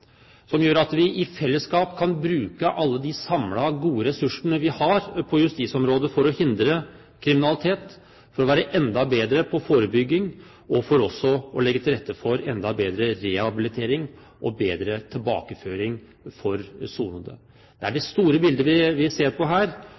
som gjør at vi kan unngå og forebygge profesjonsstrid på justisfeltet, slik at vi i fellesskap kan bruke alle de samlede gode ressursene vi har på justisområdet, for å hindre kriminalitet, for å være enda bedre på forebygging, og for også å legge til rette for enda bedre rehabilitering og bedre tilbakeføring for ferdigsonede. Det er det